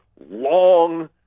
long